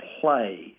play